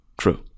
true